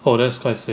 oh that's quite sick